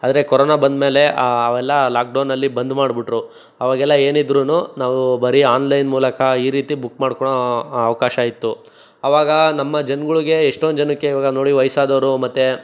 ಆದರೆ ಕೊರೋನಾ ಬಂದ ಮೇಲೆ ಅವೆಲ್ಲ ಲಾಕ್ಡೌನ್ನಲ್ಲಿ ಬಂದ್ ಮಾಡ್ಬಿಟ್ರು ಆವಾಗೆಲ್ಲ ಏನಿದ್ರು ನಾವು ಬರೀ ಆನ್ಲೈನ್ ಮೂಲಕ ಈ ರೀತಿ ಬುಕ್ ಮಾಡ್ಕೊಳೋ ಅವಕಾಶಯಿತ್ತು ಆವಾಗ ನಮ್ಮ ಜನಗಳಿಗೆ ಎಷ್ಟೊಂದು ಜನಕ್ಕೆ ಈವಾಗ ನೋಡಿ ವಯಸ್ಸಾದವ್ರು ಮತ್ತೆ